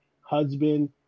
husband